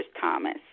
Thomas